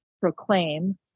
proclaim